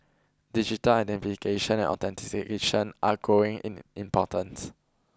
digital identification and authentication are growing in importance